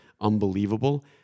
unbelievable